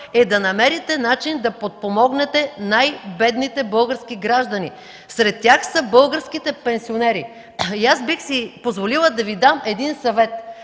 е да намерите начин да подпомогнете най-бедните български граждани. Сред тях са българските пенсионери. Бих си позволила да Ви дам един съвет: